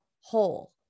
whole